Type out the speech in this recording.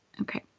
Okay